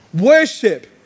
Worship